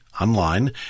online